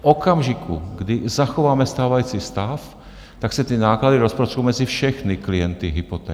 V okamžiku, kdy zachováme stávající stav, se ty náklady rozprostřou mezi všechny klienty hypoték.